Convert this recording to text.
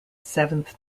seventh